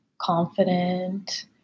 confident